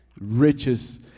riches